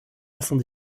façons